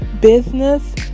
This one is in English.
business